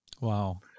Wow